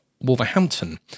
Wolverhampton